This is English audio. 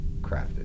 crafted